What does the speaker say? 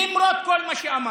למרות כל מה שאמרתי,